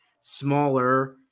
smaller